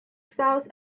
south